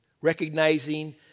recognizing